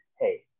Hey